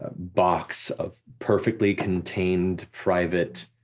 ah box of perfectly contained private